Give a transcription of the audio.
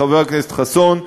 חבר הכנסת חסון,